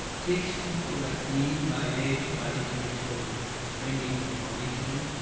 takes people like me, my age, my intellectual training information,